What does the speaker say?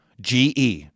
GE